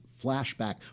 flashback